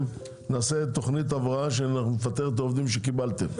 נעשה תוכנית הבראה ובה נפטר את העובדים שקיבלתם